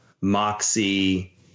moxie